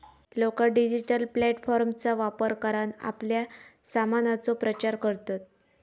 लोका डिजिटल प्लॅटफॉर्मचा वापर करान आपल्या सामानाचो प्रचार करतत